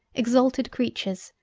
exalted creatures!